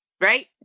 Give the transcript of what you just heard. Right